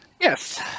Yes